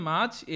March